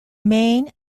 main